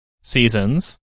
seasons